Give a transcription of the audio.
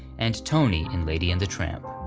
and tony in lady and the tramp.